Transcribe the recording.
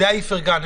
אודיה איפרגן,